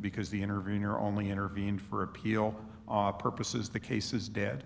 because the intervenor only intervened for appeal op purposes the case is dead